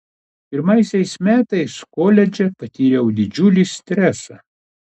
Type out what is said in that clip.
pirmaisiais metais koledže patyriau didžiulį stresą